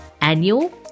annual